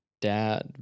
Dad